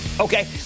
Okay